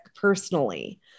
personally